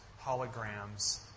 holograms